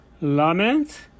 lament